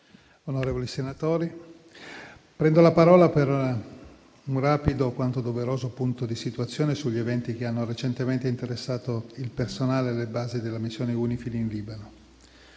onorevoli senatori, prendo la parola per fare un rapido quanto doveroso punto della situazione sugli eventi che hanno recentemente interessato il personale e le basi della missione UNIFIL in Libano.